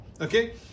Okay